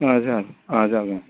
जागोन जागोन